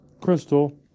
Crystal